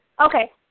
Okay